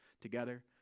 together